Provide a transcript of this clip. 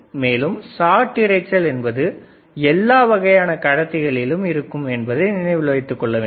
மேலும் ஷார்ட் இரைச்சல் என்பது எல்லாவகையான கடத்திகளிலும் இருக்கும் என்பதை நினைவில் வைத்துக் கொள்ள வேண்டும்